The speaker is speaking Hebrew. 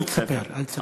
אל תספר, אל תספר.